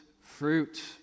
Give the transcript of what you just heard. fruit